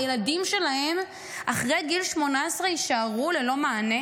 והילדים שלהם אחרי גיל 18 יישארו ללא מענה?